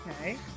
Okay